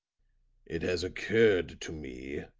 it has occurred to me,